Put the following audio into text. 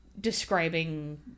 describing